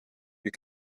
you